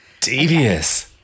Devious